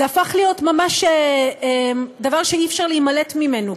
זה הפך להיות ממש דבר שאי-אפשר להימלט ממנו,